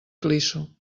clisso